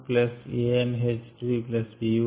practice problem 5